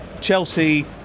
Chelsea